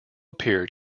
appear